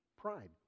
Pride